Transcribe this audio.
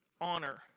honor